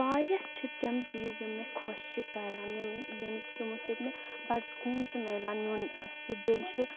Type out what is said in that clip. واریاہ چھِ تِم چیٖز یِم مےٚ خۄش چھِ کَران یِم یعنے کہِ یِمو سۭتۍ مےٚ بَڑٕ سکوٗن چھُ مِلان میون سُہ دِل چھُ